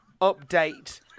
update